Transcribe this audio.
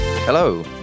Hello